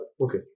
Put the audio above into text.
okay